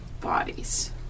bodies